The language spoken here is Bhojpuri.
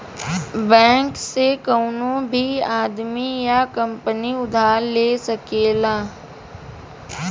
बैंक से कउनो भी आदमी या कंपनी उधार ले सकला